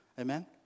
Amen